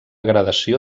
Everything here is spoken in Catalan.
gradació